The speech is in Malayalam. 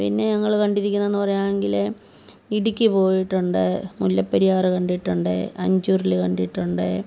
പിന്നെ ഞങ്ങൾ കണ്ടിരിക്കുന്നതെന്ന് പറയുകയാണെങ്കിൽ ഇടുക്കി പോയിട്ടുണ്ട് മുല്ലപ്പെരിയാറ് കണ്ടിട്ടുണ്ട് അഞ്ചുരുളി കണ്ടിട്ടുണ്ട്